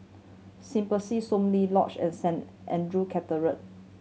Symbiosis Soon Lee Lodge and Saint Andrew Cathedral